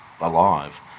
alive